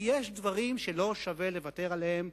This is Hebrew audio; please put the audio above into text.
כי יש דברים שלא שווה לוותר עליהם.